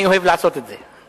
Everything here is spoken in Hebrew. אני אוהב לעשות את זה.